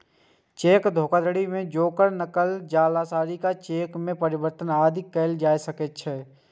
cheque धोखाधड़ी मे ओकर नकल, जालसाजी आ चेक मे परिवर्तन आदि कैल जाइ छै